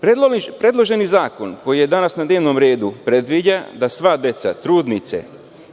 sredstava. Predloženi zakon koji je danas na dnevnom redu predviđa da svaka deca, trudnice